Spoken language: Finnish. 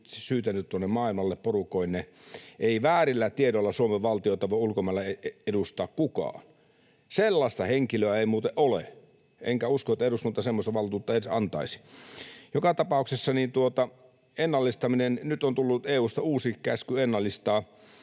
syytänyt tuonne maailmalle porukoineen. Ei väärillä tiedoilla Suomen valtiota voi ulkomailla edustaa kukaan — sellaista henkilöä ei muuten ole, enkä usko, että eduskunta semmoista valtuutta edes antaisi. Joka tapauksessa nyt on tullut EU:sta uusi käsky ennallistaa